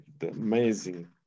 amazing